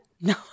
No